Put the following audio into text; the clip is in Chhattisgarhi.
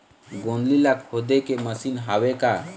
गोंदली ला खोदे के मशीन हावे का?